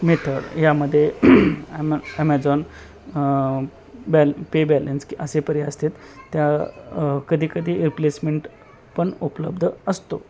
method यामध्ये ॲमे Amazon बॅल पे बॅलेन्स कि असे पर्याय असत्यात त्या कधीकधी रिप्लेसमेंट पण उपलब्ध असतो